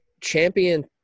champion